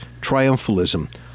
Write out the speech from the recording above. triumphalism